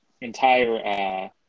entire